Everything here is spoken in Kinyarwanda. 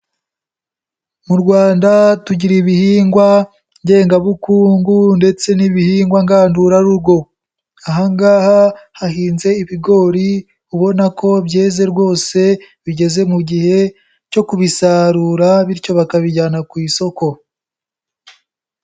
Mu Rwanda tugira ibihingwa ngengabukungu ndetse n'ibihingwa ngandurarugo. Aha ngaha hahinze ibigori ubona ko byeze rwose bigeze mu gihe cyo kubisarura bityo bakabijyana ku isoko.